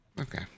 okay